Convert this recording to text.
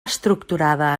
estructurada